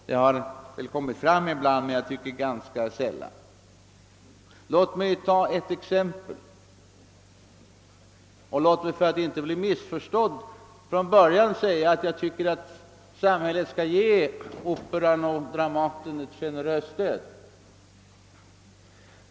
Det har väl kommit fram ibland, men enligt min mening ganska sällan. Låt mig ta ett exempel och låt mig för att inte bli missförstådd från början få säga att jag tycker att samhället skall ge Operan och Dramaten ett generöst stöd.